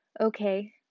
okay